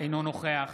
אינו נוכח